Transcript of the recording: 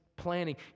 planning